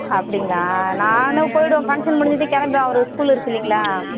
அப்படிங்களா நானும் போய்விடுவேன் ஃபங்க்ஷன் முடிஞ்சதும் கிளம்பிடுவேன் அவருக்கு ஸ்கூல் இருக்கு இல்லைங்களா